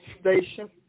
station